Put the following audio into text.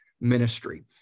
ministry